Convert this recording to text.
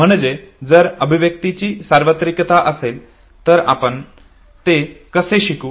म्हणजे जर अभिव्यक्तीची सार्वत्रिकता असेल तर आपण ते कसे शिकू